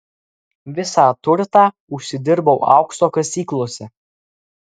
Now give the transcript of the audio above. visą turtą užsidirbau aukso kasyklose